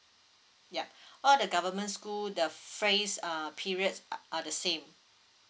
yu[ all the government school the phase uh periods are the same